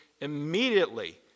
immediately